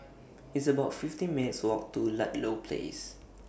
It's about fifty minutes' Walk to Ludlow Place